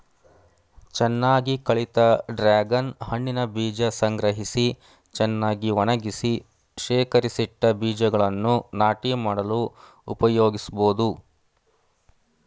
ಚೆನ್ನಾಗಿ ಕಳಿತ ಡ್ರಾಗನ್ ಹಣ್ಣಿನ ಬೀಜ ಸಂಗ್ರಹಿಸಿ ಚೆನ್ನಾಗಿ ಒಣಗಿಸಿ ಶೇಖರಿಸಿಟ್ಟ ಬೀಜಗಳನ್ನು ನಾಟಿ ಮಾಡಲು ಉಪಯೋಗಿಸ್ಬೋದು